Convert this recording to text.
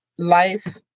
Life